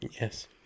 Yes